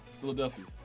Philadelphia